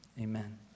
amen